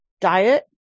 diet